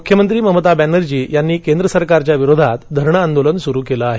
मुख्यमंत्री ममता बॅनर्जी यानी केंद्र सरकार विरोधात धरणं आंदोलन सुरू केलं आहे